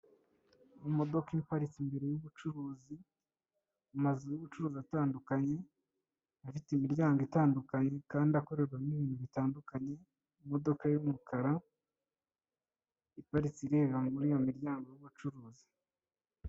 Imodoka iparitse imbere y'ubucuruzi, amazu y'ubucuruzi atandukanye afite imiryango itandukanye kandi akorerwamo ibintu bitandukanye, imodoka y'umukara iparitse ireba muri iyo miryango y'ubucuruzi.